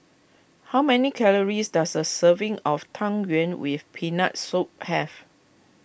how many calories does a serving of Tang Yuen with Peanut Soup have